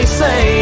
say